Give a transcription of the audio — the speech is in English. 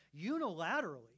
unilaterally